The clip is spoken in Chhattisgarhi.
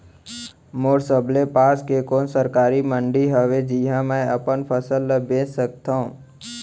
मोर सबले पास के कोन सरकारी मंडी हावे जिहां मैं अपन फसल बेच सकथव?